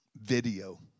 video